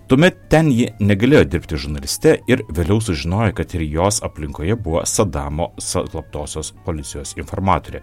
tuomet ten ji negalėjo dirbti žurnaliste ir vėliau sužinojo kad ir jos aplinkoje buvo sadamo slaptosios policijos informatorė